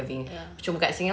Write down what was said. ya